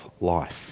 Life